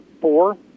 four